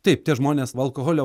taip tie žmonės va alkoholio